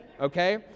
Okay